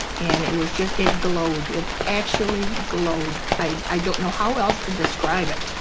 and it was just it glowed. it actually glowed. i don't know how else to describe it.